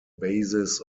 basis